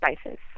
spices